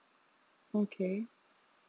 okay